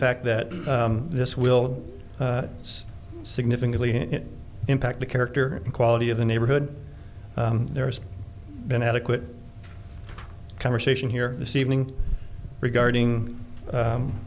fact that this will significantly impact the character and quality of the neighborhood there's been adequate conversation here this evening regarding